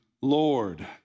Lord